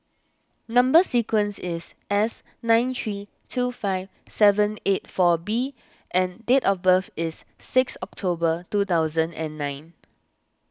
Number Sequence is S nine three two five seven eight four B and date of birth is six October two thousand and nine